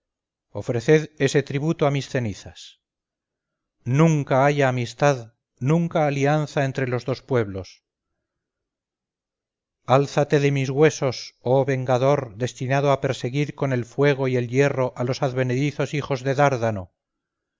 ofreced ese tributo a mis cenizas nunca haya amistad nunca alianza entre los dos pueblos alzate de mis huesos oh vengador destinado a perseguir con el fuego y el hierro a los advenedizos hijos de dárdano